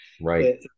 right